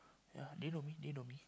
ya they know me they know me